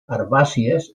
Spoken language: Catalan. herbàcies